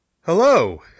Hello